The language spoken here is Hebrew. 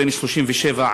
בן 37,